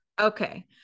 Okay